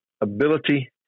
ability